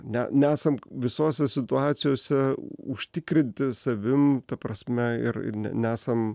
ne nesam visose situacijose užtikrinti savim ta prasme ir ir ne nesam